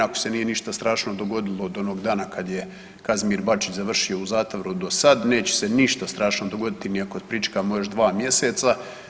Ako se nije ništa strašno dogodilo od onog dana kad je Kazimir Bačić završio u zatvoru do sad neće se ništa strašno dogoditi ni ako pričekamo još dva mjeseca.